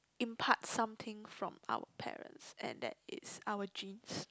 impart something from our parents and that is our genes